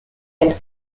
and